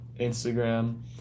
Instagram